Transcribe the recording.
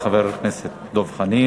תודה רבה, חבר הכנסת דב חנין.